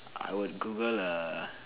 I would Google the